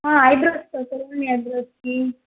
ఐబ్రోస్కి స్పెషల్గా ఐబ్రోస్కి